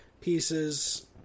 pieces